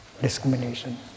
discrimination